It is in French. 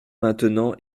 maintenant